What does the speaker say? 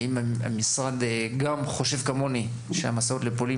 האם המשרד חושב כמוני שהמסעות לפולין